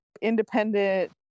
independent